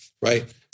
right